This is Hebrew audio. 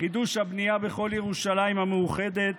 חידוש הבנייה בכל ירושלים המאוחדת,